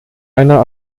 einer